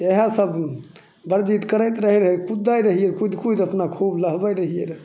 तऽ इहए सब जुग दौड़धूप करैत रहियै कुद्दै रहियै कुदि कुदि अपना खूब नहबै रहियै रऽ